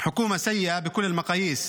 להלן תרגומם:).